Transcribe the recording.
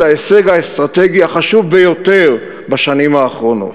ההישג האסטרטגי החשוב ביותר בשנים האחרונות,